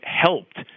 helped